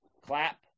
Clap